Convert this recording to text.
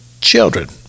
children